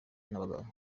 n’abaganga